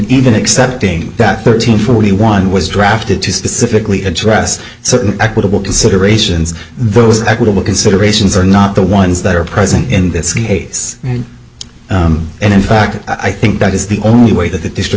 even accepting that thirteen forty one was drafted to specifically address certain equitable considerations those equitable considerations are not the ones that are present in this case and in fact i think that is the only way that the district